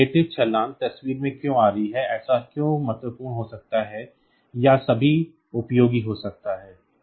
यह रिलेटिव छलांग तस्वीर में क्यों आ रही है ऐसा क्यों है महत्वपूर्ण हो सकता है या सभी उपयोगी हो सकता है